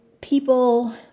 people